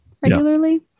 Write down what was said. regularly